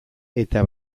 eta